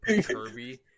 Kirby